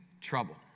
trouble